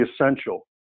essential